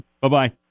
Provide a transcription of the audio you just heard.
Bye-bye